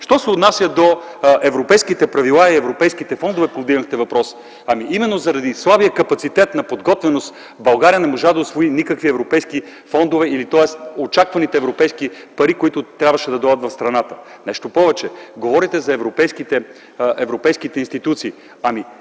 Що се отнася до европейските правила и европейските фондове, за което повдигнахте въпроса. Именно заради слабия капацитет на подготвеност България не можа да усвои никакви европейски фондове, тоест очакваните европейски пари, които трябваше да дойдат в страната. Нещо повече, говорите за европейските институции.